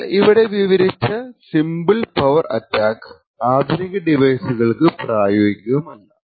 നമ്മൾ ഇവിടെ വിവരിച്ച സിമ്പിൾ പവർ അറ്റാക്ക് ആധുനിക ഡിവൈസുകൾക്കു പ്രായോഗികമല്ല